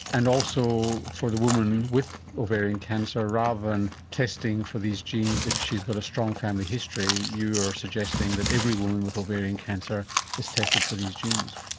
and also for the woman with ovarian cancer rather than testing for these genes if she's got a strong family history you're suggesting that every woman with ovarian cancer is tested for these genes.